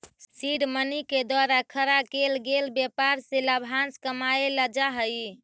seed money के द्वारा खड़ा केल गेल व्यापार से लाभांश कमाएल जा हई